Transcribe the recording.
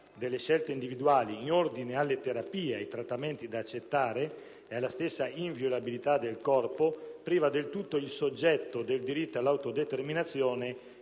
delle scelte individuali in ordine alle terapie e ai trattamenti da accettare e alla stessa inviolabilità del corpo priva del tutto il soggetto del diritto all'autodeterminazione